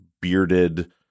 bearded